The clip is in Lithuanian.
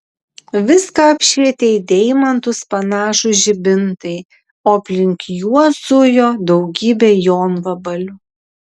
viską apšvietė į deimantus panašūs žibintai o aplink juos zujo daugybė jonvabalių